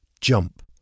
jump